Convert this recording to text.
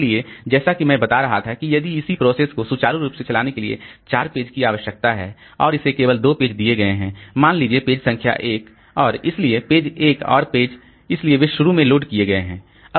इसलिए जैसा कि मैं बता रहा था कि यदि इसी प्रोसेस को सुचारू रूप से चलने के लिए ४ पेज की आवश्यकता है और इसे केवल २ पेज दिए गए हैं मान लीजिए पेज संख्या १ और इसलिए पेज 1 और पेज इसलिए वे शुरू में लोड किए गए हैं